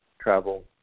travel